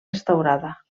restaurada